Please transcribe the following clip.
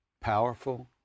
powerful